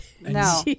No